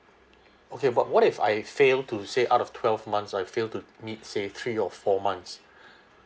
okay but what if I fail to say out of twelve months I fail to meet say three or four months